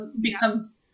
becomes